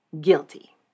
guilty